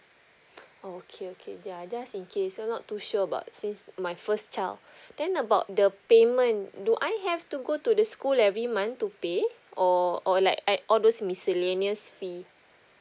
oh okay okay ya just in case I'm not too sure about since my first child then about the payment do I have to go to the school every month to pay or or like I all those miscellaneous fee